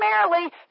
Primarily